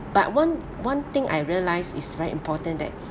but one one thing I realised is very important that